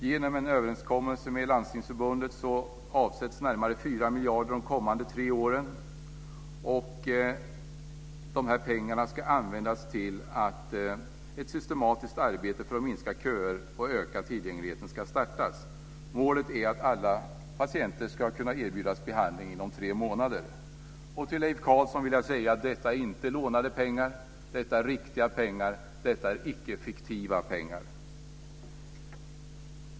Genom en överenskommelse med Landstingsförbundet avsätts närmare 4 miljarder de kommande tre åren, och dessa pengar ska användas till att ett systematiskt arbete för att minska köerna och öka tillgängligheten ska startas. Målet är att alla patienter ska kunna erbjudas behandling inom tre månader. Till Leif Carlson vill jag säga att detta inte är lånade pengar. Detta är riktiga pengar. Detta är icke fiktiva pengar.